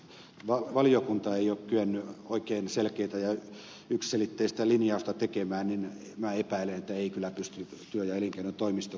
koska valiokuntakaan ei ole kyennyt oikein selkeätä ja yksiselitteistä linjausta tekemään niin epäilen että ei kyllä pysty työ ja elinkeinotoimistokaan